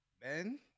Ben